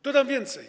Dodam więcej.